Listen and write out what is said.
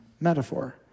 metaphor